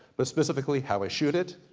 but specifically how i shoot it,